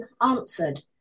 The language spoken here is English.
answered